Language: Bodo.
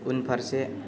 उनफारसे